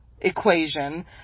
equation